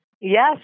Yes